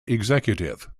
executive